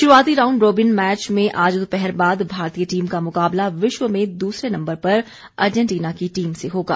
श्रूआती round robin match में आज दोपहर बाद भारतीय टीम का मुकाबला विश्व में दूसरे नम्बर पर अर्जेंटीना की टीम से होगा